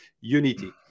Unity